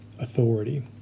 authority